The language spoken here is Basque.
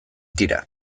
tira